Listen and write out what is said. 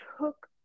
took